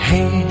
Hey